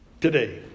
today